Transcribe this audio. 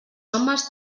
homes